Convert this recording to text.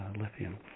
lithium